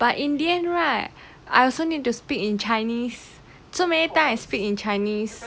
but in the end right I also need to speak in chinese so many times I speak in chinese